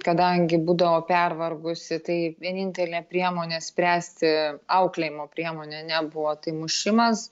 kadangi būdavo pervargusi tai vienintelė priemonė spręsti auklėjimo priemonė ane buvo tai mušimas